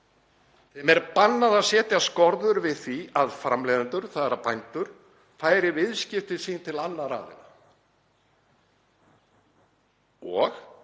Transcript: Þeim er bannað að setja skorður við því að framleiðendur, þ.e. bændur, færi viðskipti sín til annarra aðila. Og